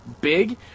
Big